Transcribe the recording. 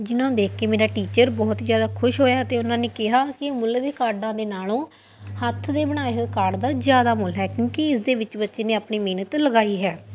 ਜਿਹਨਾਂ ਨੂੰ ਦੇਖ ਕੇ ਮੇਰਾ ਟੀਚਰ ਬਹੁਤ ਜ਼ਿਆਦਾ ਖੁਸ਼ ਹੋਇਆ ਅਤੇ ਉਹਨਾਂ ਨੇ ਕਿਹਾ ਕਿ ਮੁੱਲ ਦੇ ਕਾਰਡਾਂ ਦੇ ਨਾਲੋਂ ਹੱਥ ਦੇ ਬਣਾਏ ਹੋਏ ਕਾਰਡ ਦਾ ਜ਼ਿਆਦਾ ਮੁੱਲ ਹੈ ਕਿਉਂਕਿ ਇਸ ਦੇ ਵਿੱਚ ਬੱਚੇ ਨੇ ਆਪਣੀ ਮਿਹਨਤ ਲਗਾਈ ਹੈ